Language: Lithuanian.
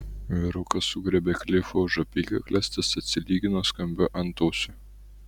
vyrukas sugriebė klifą už apykaklės tas atsilygino skambiu antausiu